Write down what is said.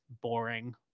boring